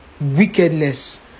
wickedness